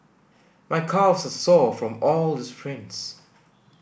my calves are sore from all the sprints